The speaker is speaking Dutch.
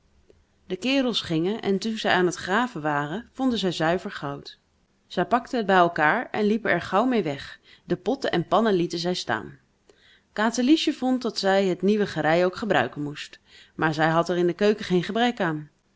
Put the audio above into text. de kerels gingen en toen zij aan t graven waren vonden zij zuiver goud zij pakten het bij elkaar en liepen er gauw mee weg de potten en pannen lieten zij staan katerliesje vond dat zij het nieuwe gerij ook gebruiken moest maar zij had er in de keuken geen gebrek aan